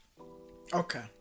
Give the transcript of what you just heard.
Okay